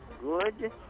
good